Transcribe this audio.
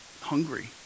hungry